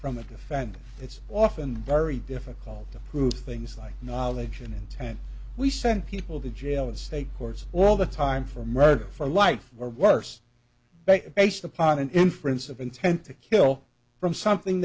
from a defendant it's often very difficult to prove things like knowledge and intent we send people to jail and state courts all the time for murder for life or worse based upon an inference of intent to kill from something